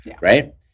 right